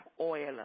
oil